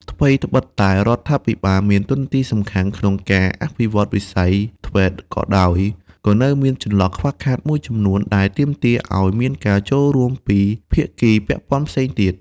ថ្វីដ្បិតតែរដ្ឋាភិបាលមានតួនាទីសំខាន់ក្នុងការអភិវឌ្ឍវិស័យ ធ្វេត TVET ក៏ដោយ ក៏នៅមានចន្លោះខ្វះខាតមួយចំនួនដែលទាមទារឱ្យមានការចូលរួមពីភាគីពាក់ព័ន្ធផ្សេងទៀត។